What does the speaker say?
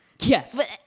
Yes